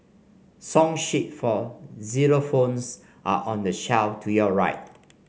song sheet for xylophones are on the shelf to your right